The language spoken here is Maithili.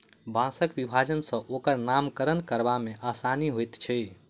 बाँसक विभाजन सॅ ओकर नामकरण करबा मे आसानी होइत छै